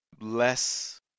less